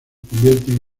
convierten